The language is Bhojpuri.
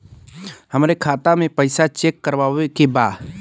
हमरे खाता मे पैसा चेक करवावे के बा?